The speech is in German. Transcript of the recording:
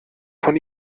von